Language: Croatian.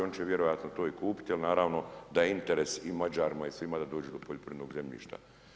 Oni će vjerojatno to i kupiti, ali naravno da je interes i Mađarima i svima da dođu do poljoprivrednog zemljišta.